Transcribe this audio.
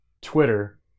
Twitter